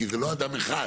כי זה לא אדם אחד.